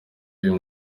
uyu